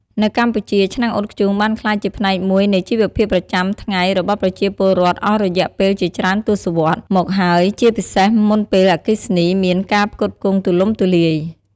នៅកម្ពុជា ឆ្នាំងអ៊ុតធ្យូងបានក្លាយជាផ្នែកមួយនៃជីវភាពប្រចាំថ្ងៃរបស់ប្រជាពលរដ្ឋអស់រយៈពេលជាច្រើនទសវត្សរ៍មកហើយ ជាពិសេសមុនពេលអគ្គិសនីមានការផ្គត់ផ្គង់ទូលំទូលាយ។